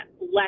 less